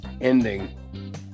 ending